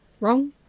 Wrong